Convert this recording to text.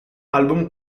album